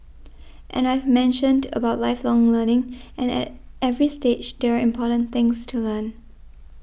and I've mentioned about lifelong learning and at every stage there are important things to learn